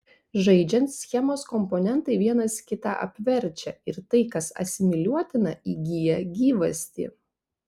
žaidžiant schemos komponentai vienas kitą apverčia ir tai kas asimiliuotina įgyja gyvastį